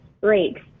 breaks